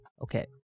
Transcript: Okay